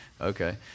Okay